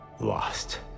lost